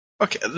okay